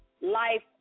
life